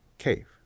cave